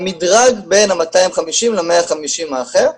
המדרג בין ה-250 ל-150 האחרים,